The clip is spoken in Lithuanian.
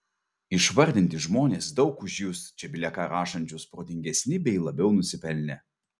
išvardinti žmonės daug už jus čia bile ką rašančius protingesni bei labiau nusipelnę